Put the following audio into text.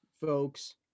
folks